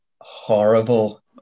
horrible